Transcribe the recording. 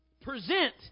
Present